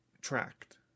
tracked